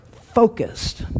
focused